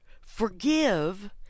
forgive